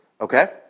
Okay